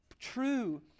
true